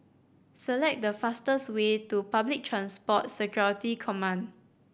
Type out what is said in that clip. select the fastest way to Public Transport Security Command